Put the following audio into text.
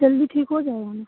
जल्दी ठीक हो जाएगा न